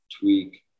tweak